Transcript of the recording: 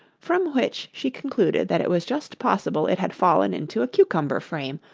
from which she concluded that it was just possible it had fallen into a cucumber-frame,